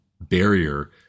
barrier